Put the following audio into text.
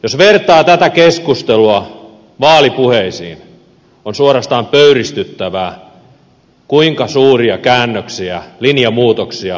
jos vertaa tätä keskustelua vaalipuheisiin on suorastaan pöyristyttävää kuinka suuria käännöksiä linjamuutoksia on tehty